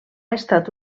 estat